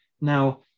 Now